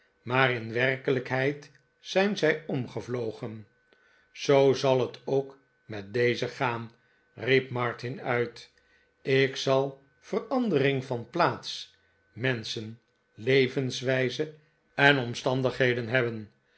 maar in werkelijkheid zijn zij omgevlogen zoo zal het ook met deze gaan riep martin uit ik zal verandering van plaats menschen levenswijze en omstandigheden